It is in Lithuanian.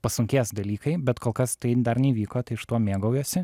pasunkės dalykai bet kol kas tai dar neįvyko tai aš tuo mėgaujuosi